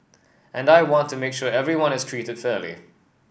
and I want to make sure everyone is treated fairly